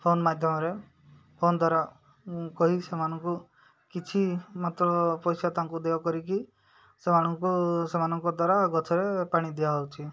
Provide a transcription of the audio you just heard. phone ମାଧ୍ୟମରେ phone ଦ୍ୱାରା କହି ସେମାନଙ୍କୁ କିଛି ମାତ୍ର ପଇସା ତାଙ୍କୁ ଦେୟ କରିକି ସେମାନଙ୍କୁ ସେମାନଙ୍କ ଦ୍ୱାରା ଗଛରେ ପାଣି ଦିଆହଉଛି